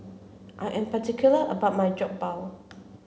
I am particular about my Jokbal